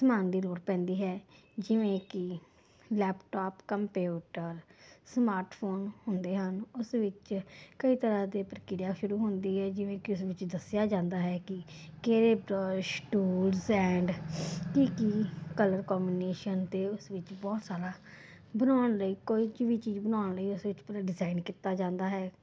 ਸਮਾਨ ਦੀ ਲੋੜ ਪੈਂਦੀ ਹੈ ਜਿਵੇਂ ਕਿ ਲੈਪਟਾਪ ਕੰਪਿਊਟਰ ਸਮਾਰਟਫੋਨ ਹੁੰਦੇ ਹਨ ਉਸ ਵਿੱਚ ਕਈ ਤਰ੍ਹਾਂ ਦੇ ਪ੍ਰਕਿਰਿਆ ਸ਼ੁਰੂ ਹੁੰਦੀ ਹੈ ਜਿਵੇਂ ਕਿ ਇਸ ਵਿੱਚ ਦੱਸਿਆ ਜਾਂਦਾ ਹੈ ਕਿ ਕਿਹੜੇ ਬਰਸ਼ ਟੂਲਸ ਐਂਡ ਅਤੇ ਕੀ ਕਲਰ ਕੋਂਬੀਨੇਸ਼ਨ ਅਤੇ ਉਸ ਵਿੱਚ ਬਹੁਤ ਸਾਰਾ ਬਣਾਉਣ ਲਈ ਕੋਈ ਵੀ ਚੀਜ਼ ਬਣਾਉਣ ਲਈ ਅਸੀਂ ਡਿਜ਼ਾਇਨ ਕੀਤਾ ਜਾਂਦਾ ਹੈ